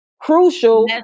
Crucial